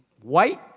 white